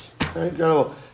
Incredible